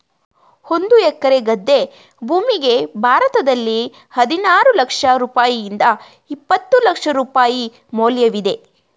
ಒಂದು ಎಕರೆ ಗದ್ದೆ ಭೂಮಿಗೆ ಭಾರತದಲ್ಲಿ ಹದಿನಾರು ಲಕ್ಷ ರೂಪಾಯಿಯಿಂದ ಇಪ್ಪತ್ತು ಲಕ್ಷ ರೂಪಾಯಿ ಮೌಲ್ಯವಿದೆ